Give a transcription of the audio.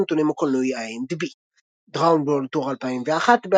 במסד הנתונים הקולנועיים IMDb "Drowned World Tour 2001",